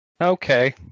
Okay